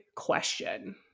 question